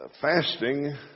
fasting